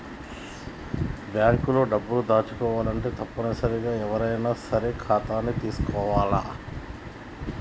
bank లో డబ్బులు దాచుకోవాలంటే తప్పనిసరిగా ఎవ్వరైనా సరే ఖాతాని తీసుకోవాల్ల